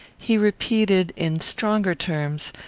he repeated, in stronger terms,